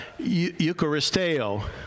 eucharisteo